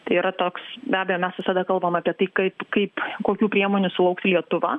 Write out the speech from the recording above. tai yra toks be abejo mes visada kalbam apie tai kaip kaip kokių priemonių sulauks lietuva